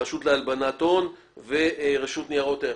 הרשות לאיסור הלבנת הון והרשות לניירות ערך.